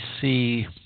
see